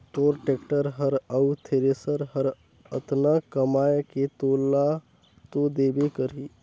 तोर टेक्टर हर अउ थेरेसर हर अतना कमाये के तोला तो देबे करही